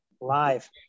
live